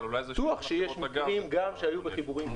בטוח שיש מקרים שהם גם מחיבורים פיראטיים.